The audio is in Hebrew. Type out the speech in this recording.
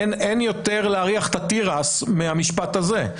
אין יותר להריח את התירס מהמשפט הזה.